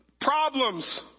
problems